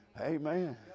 Amen